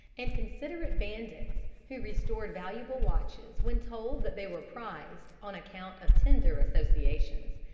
and considerate bandits who restored valuable watches when told that they were prized on account of tender associations.